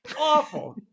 Awful